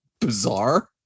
bizarre